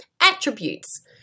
attributes